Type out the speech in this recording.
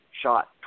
shot